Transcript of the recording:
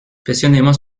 passionnément